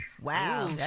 Wow